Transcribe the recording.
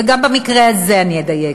וגם במקרה הזה אני אדייק.